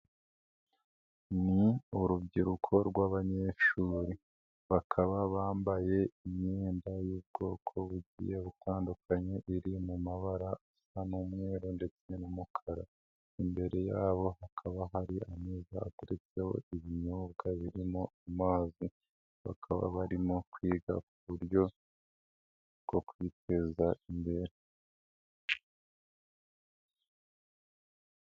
Ni urubyiruko rw'abanyeshuri. Bakaba bambaye imyenda y'ubwoko bugiye butandukanye, iri mu mabara asa n'umweru ndetse n'umukara. Imbere yabo hakaba hari ameza ateretseho ibinyobwa birimo amazi. Bakaba barimo kwiga uburyo bwo kwiteza imbere.